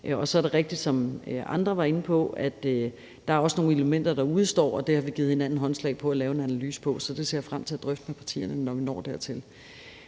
Så er det rigtigt, som andre var inde på, at der også er nogle elementer, der udestår, og det har vi givet hinanden håndslag på at lave en analyse af. Så det ser jeg frem til at drøfte med partierne, når vi når dertil.